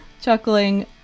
chuckling